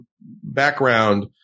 background